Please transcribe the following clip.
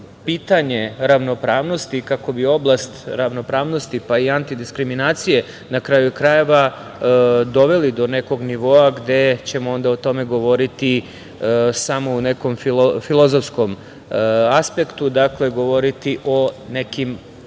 pitanje ravnopravnosti, kako bi oblast ravnopravnosti pa i antidiskriminacije, na kraju, krajeva, doveli do nekog nivoa gde ćemo o tome govoriti samo u nekom filozofskom aspektu, dakle govoriti o nekim